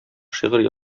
шигырь